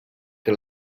que